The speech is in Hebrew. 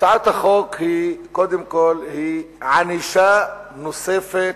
הצעת החוק קודם כול היא ענישה נוספת